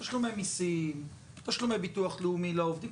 תשלומי מיסים, תשלומי ביטוח לאומי לעובדים.